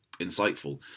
insightful